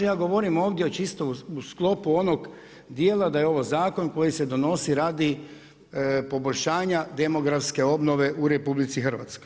Ja govorim ovdje o čisto u sklopu onog dijela da je ovo zakon koji se donosi radi poboljšanja demografske obnove u RH.